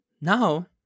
Now